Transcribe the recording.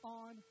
on